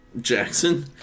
jackson